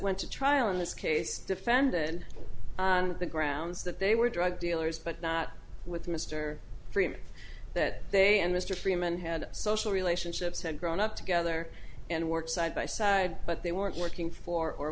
went to trial in this case defended on the grounds that they were drug dealers but not with mr freeman that they and mr freeman had social relationships had grown up together and worked side by side but they weren't working for or